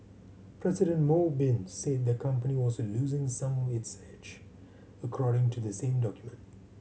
President Mo Bin said the company was losing some its edge according to the same document